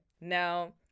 Now